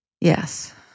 Yes